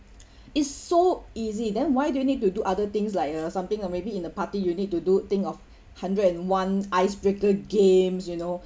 it's so easy then why do you need to do other things like uh something uh maybe in a party you need to do think of hundred and one ice breaker games you know